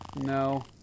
No